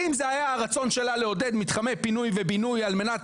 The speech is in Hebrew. האם זה היה הרצון שלה לעודד מתחמי פינוי ובינוי על מנת